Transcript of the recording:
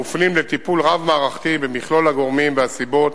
מופנים לטיפול רב-מערכתי במכלול הגורמים והסיבות